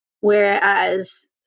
Whereas